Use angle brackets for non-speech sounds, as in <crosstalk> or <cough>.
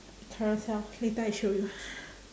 carousell later I show you <breath>